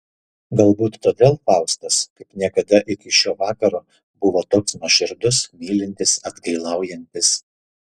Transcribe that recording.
galbūt todėl faustas kaip niekada iki šio vakaro buvo toks nuoširdus mylintis atgailaujantis